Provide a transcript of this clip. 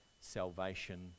salvation